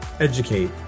educate